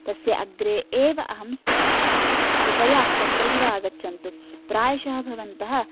तस्य अग्रे एव अहं स्थिता अस्मि कृपया तत्रैव आगच्छन्तु प्रायशः भवन्तः